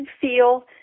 feel